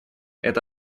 это